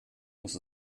muss